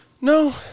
No